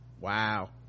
Wow